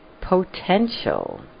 potential